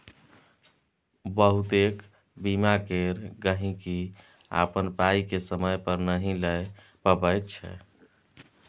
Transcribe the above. बहुतेक बीमा केर गहिंकी अपन पाइ केँ समय पर नहि लए पबैत छै